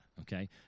okay